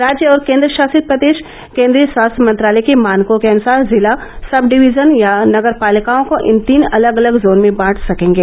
राज्य और केन्द्रशासित प्रदेश केंद्रीय स्वास्थ्य मंत्रालय के मानकों के अनुसार जिला सब डिवीजन या नगर पालिकाओं को इन तीन अलग अलग जोन में बांट सकेंगे